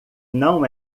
não